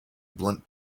bunt